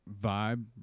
vibe